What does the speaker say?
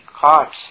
carts